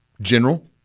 general